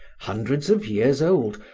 hundreds of years old,